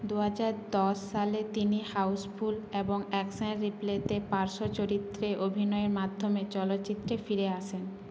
দুহাজার দশ সালে তিনি হাউসফুল এবং অ্যাকশান রিপ্লেতে পার্শ্ব চরিত্রে অভিনয়ের মাধ্যমে চলচ্চিত্রে ফিরে আসেন